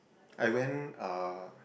I went uh